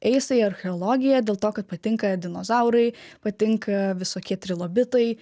eisiu į archeologiją dėl to kad patinka dinozaurai patinka visokie trilobitai